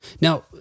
Now